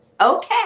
okay